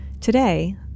Today